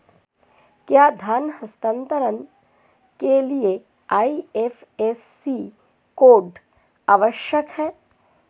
क्या धन हस्तांतरण के लिए आई.एफ.एस.सी कोड आवश्यक है?